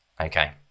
Okay